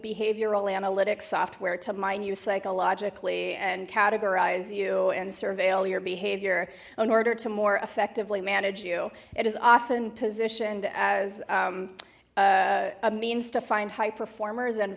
behavioral analytics software to mine you psychologically and categorize you and surveil your behavior in order to more effectively manage you it is often positioned as a means to find high performers and